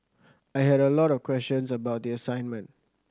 I had a lot of questions about the assignment